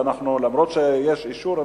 וגם אם יש אישור,